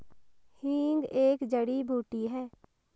हींग एक जड़ी बूटी है